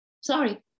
Sorry